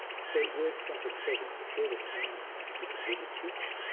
so word started spreading that here was someone who could really teach,